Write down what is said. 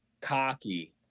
cocky